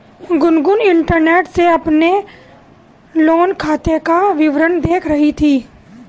Gungun internet से अपने loan खाते का विवरण देख रही थी